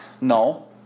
No